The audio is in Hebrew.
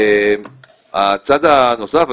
הצד הנוסף,